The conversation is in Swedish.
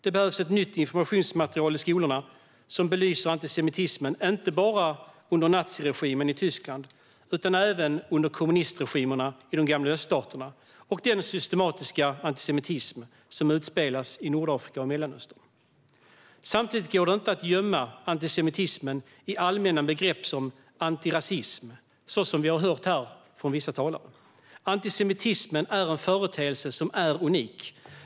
Det behövs ett nytt informationsmaterial i skolorna som belyser antisemitismen, inte bara under naziregimen i Tyskland utan även under kommunistregimerna i de gamla öststaterna och den systematiska antisemitism som utspelas i Nordafrika och Mellanöstern. Samtidigt går det inte att gömma antisemitismen i allmänna begrepp som antirasism så som vi har hört här från vissa talare. Antisemitismen är en företeelse som är unik.